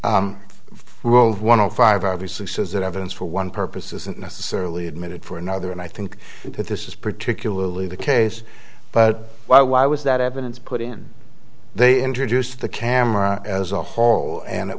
the five obviously says that evidence for one purpose isn't necessarily admitted for another and i think that this is particularly the case but why why was that evidence put in they introduced the camera as a whole and it